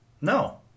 No